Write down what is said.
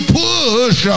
push